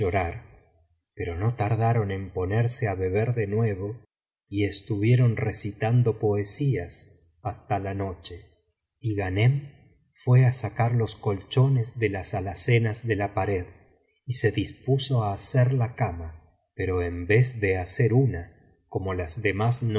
pero no tardaron en ponerse á beber de nuevo y estuvieron recitando poesías hasta la noche y ghanem fué á sacar los colchones ele las alacenas de la pared y se dispuso á hacer la cama pero en vez de hacer una como las demás